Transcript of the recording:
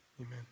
amen